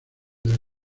del